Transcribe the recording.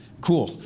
cool,